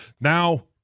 Now